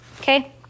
Okay